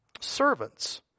servants